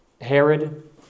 Herod